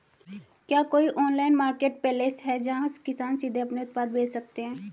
क्या कोई online marketplace है जहां किसान सीधे अपने उत्पाद बेच सकते हैं?